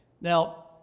Now